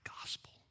gospel